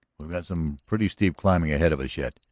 we've got some pretty steep climbing ahead of us yet,